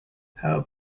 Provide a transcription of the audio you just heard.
how